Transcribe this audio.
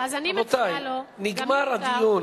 נגמר הדיון,